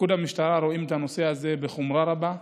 בפיקוד המשטרה רואים את הנושא הזה בחומרה רבה,